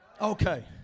Okay